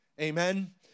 Amen